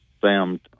Sam